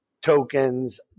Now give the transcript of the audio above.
tokens